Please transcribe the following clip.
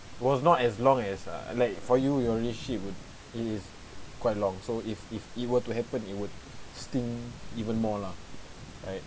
was not as long as uh like for you your relationship would is quite long so if if it were to happen it would sting even more lah